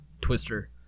twister